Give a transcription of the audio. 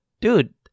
dude